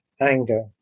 anger